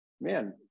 man